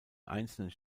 einzelnen